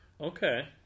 Okay